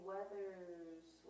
Weathers